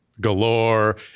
galore